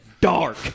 dark